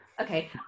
Okay